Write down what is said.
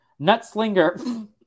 Nutslinger